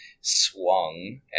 swung